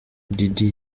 diddy